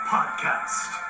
Podcast